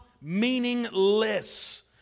meaningless